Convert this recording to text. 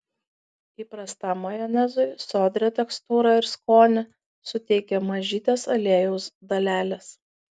įprastam majonezui sodrią tekstūrą ir skonį suteikia mažytės aliejaus dalelės